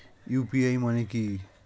UPI মানে কি?